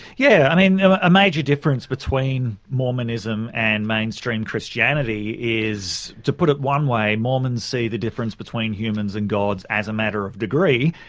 yeah i mean, a major difference between mormonism and mainstream christianity is, to put it one way, mormons see the difference between humans and gods as a matter of degree,